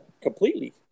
completely